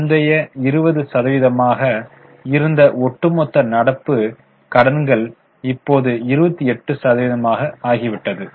முந்தைய 20 சதவீதமாக இருந்த ஒட்டுமொத்த நடப்பு கடன்கள் இப்போது 28 சதவீதம் ஆகிவிட்டது